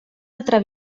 altra